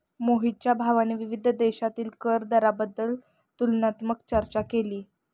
मोहितच्या भावाने विविध देशांतील कर दराबाबत तुलनात्मक चर्चा केली